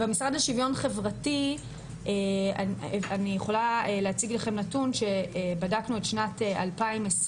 במשרד לשוויון חברתי אני יכולה להציג לכם נתון שבדקנו את שנת 2020,